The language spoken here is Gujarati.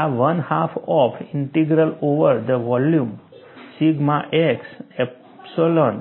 આ one half of integral over the volume sigma x epsilon